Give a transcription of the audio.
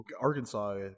Arkansas